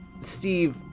steve